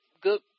good